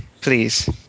please